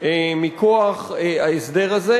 מכוח ההסדר הזה,